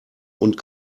und